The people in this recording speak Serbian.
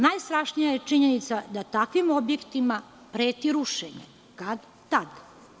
Najstrašnija je činjenica da takvim objektima preti rušenje, kad tad.